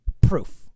Proof